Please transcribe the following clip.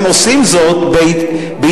הם עושים זאת בהתנדבות,